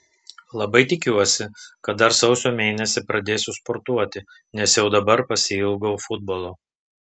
labai tikiuosi kad dar sausio mėnesį pradėsiu sportuoti nes jau dabar pasiilgau futbolo